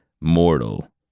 Mortal